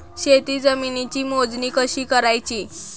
शेत जमिनीची मोजणी कशी करायची?